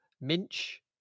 Minch